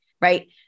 right